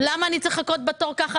למה אני צריך לחכות בתור כך?